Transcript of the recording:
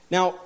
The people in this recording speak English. Now